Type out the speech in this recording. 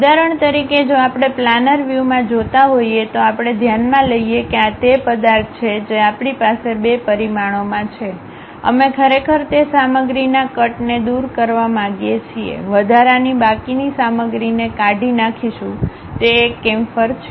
ઉદાહરણ તરીકે જો આપણે પ્લાનર વ્યૂમાં જોતા હોઈએ તો આપણે ધ્યાનમાં લઈએ કે આ તે પદાર્થ છે જે આપણી પાસે 2 પરિમાણોમાં છે અમે ખરેખર તે સામગ્રીના કટને દૂર કરવા માગીએ છીએ વધારાની બાકીની સામગ્રીને કાઢી સ નાખીશું તે એક ચેમ્ફર છે